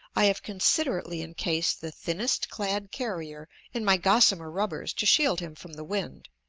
i have considerately encased the thinnest clad carrier in my gossamer rubbers to shield him from the wind,